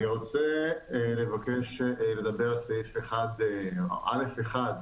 אני רוצה לדבר על סעיף (א1).